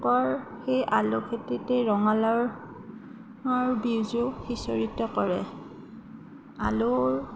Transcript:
লোকৰ সেই আলু খেতিতে ৰঙালাওৰ বীজো সিঁচৰিত কৰে আলুত